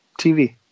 tv